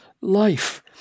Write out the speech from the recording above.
life